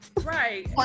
right